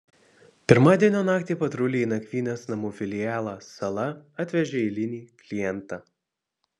pirmadienio naktį patruliai į nakvynės namų filialą sala atvežė eilinį klientą